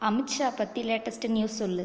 அமித்ஷா பற்றி latest news சொல்